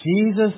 Jesus